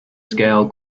scale